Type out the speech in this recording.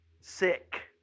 sick